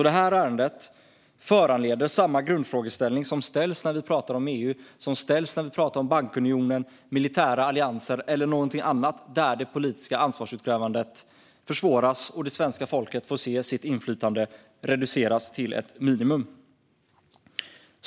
Detta ärende föranleder samma grundfrågeställning som när vi pratar om EU, bankunionen, militära allianser eller någonting annat där det politiska ansvarsutkrävandet försvåras och svenska folket får se sitt inflytande reduceras till ett minimum.